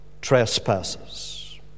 trespasses